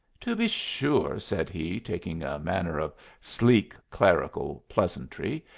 to be sure, said he, taking a manner of sleek clerical pleasantry,